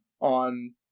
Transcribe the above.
on